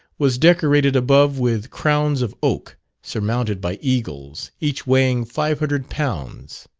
was decorated above with crowns of oak, surmounted by eagles, each weighing five hundred lbs.